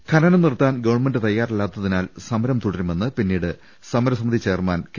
ഖനനം നിർത്താൻ ഗവൺമെന്റ് തയാറല്ലാത്തതിനാൽ സമരം തുടരു മെന്ന് പിന്നീട് സമരസമിതി ചെയർമാൻ കെ